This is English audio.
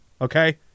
Okay